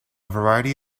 variety